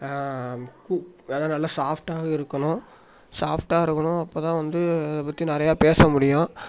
கூ அதாவது நல்லா சாஃப்ட்டாக இருக்கணும் சாஃப்ட்டாக இருக்கணும் அப்போ தான் வந்து அதை பற்றி நிறையா பேச முடியும்